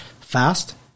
fast